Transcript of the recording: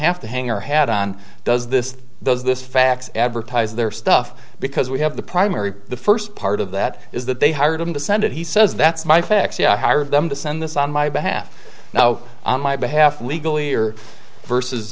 have to hang our hat on does this does this fax advertise their stuff because we have the primary the first part of that is that they hire them to send it he says that's my fix them to send this on my behalf now on my behalf legally or versus